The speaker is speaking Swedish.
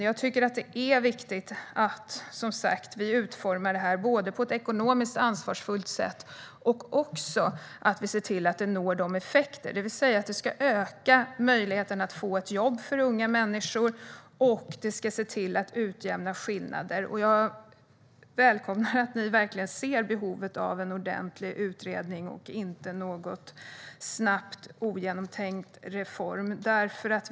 Jag tycker att det är viktigt att vi både utformar detta på ett ekonomiskt ansvarsfullt sätt och ser till att det får rätt effekter: Det ska öka möjligheten att få ett jobb för unga människor, och det ska leda till att skillnader utjämnas. Jag välkomnar att ni verkligen ser behovet av en ordentlig utredning och att det inte blir någon snabb och ogenomtänkt reform.